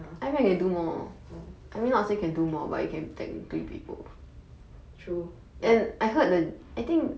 ya oh